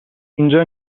اینجا